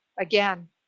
again